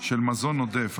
של מזון עודף),